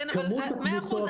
כמות הקבוצות,